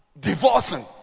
divorcing